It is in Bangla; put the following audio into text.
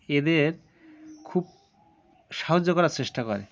এদের খুব সাহায্য করার চেষ্টা করে